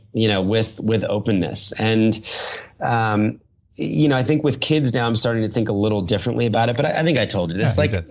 you know with with openness. and um you know i think with kids now, i'm starting to think a little differently about it but i think i told you this. like ah